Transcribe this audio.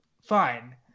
fine